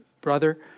brother